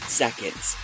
seconds